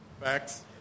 Facts